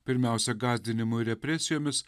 pirmiausia gąsdinimu ir represijomis